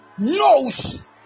Knows